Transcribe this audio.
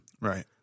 Right